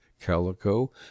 calico